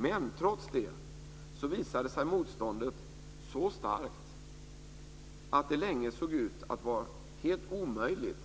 Men trots det visade sig motståndet så starkt att det länge såg ut att vara helt omöjligt